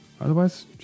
otherwise